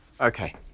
Okay